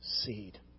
seed